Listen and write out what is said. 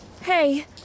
Hey